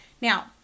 Now